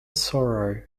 sorrow